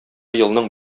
елның